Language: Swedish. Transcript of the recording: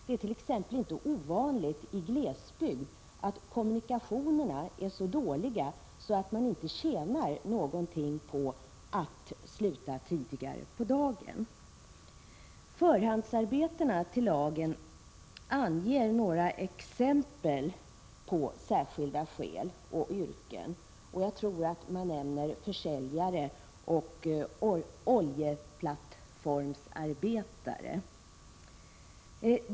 Det är t.ex. inte ovanligt i glesbygd att kommunikationerna är så dåliga att man inte tjänar någonting på att sluta tidigare på dagen. Förarbetena till lagen anger några exempel på särskilda skäl och yrken. Jag tror att man nämner försäljare och oljeplattformsarbetare.